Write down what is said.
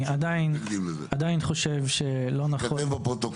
אני עדיין חושב שלא נכון.